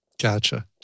Gotcha